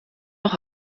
auch